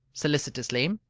solicitously.